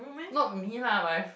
not me lah my f~